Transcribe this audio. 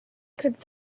could